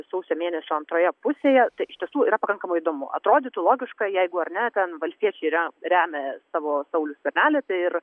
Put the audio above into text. sausio mėnesio antroje pusėje tai iš tiesų yra pakankamai įdomu atrodytų logiška jeigu ar ne ten valstiečiai yra remia savo saulių skvernelį tai ir